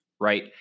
Right